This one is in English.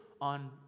on